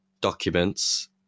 documents